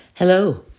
Hello